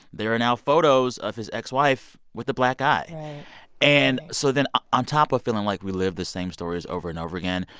there are now photos of his ex-wife with a black eye and so then on top of feeling like we live the same stories over and over again,